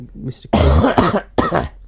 Mr